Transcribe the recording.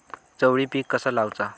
चवळी पीक कसा लावचा?